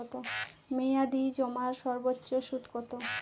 মেয়াদি জমার সর্বোচ্চ সুদ কতো?